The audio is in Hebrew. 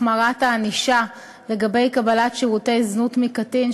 החמרת הענישה לגבי קבלת שירותי זנות מקטין),